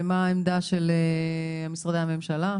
ומה העמדה של משרדי הממשלה?